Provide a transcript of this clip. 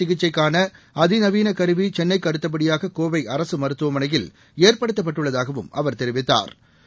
சிகிச்சைக்கானஅதிநவீனகருவிசென்னைக்குஅடுத்தபடியாககோவைஅரசுமருத்துவமனயில் புற்றுநோய் ஏற்படுத்தப்பட்டுள்ளதாகவும் அவா் தெரிவித்தாா்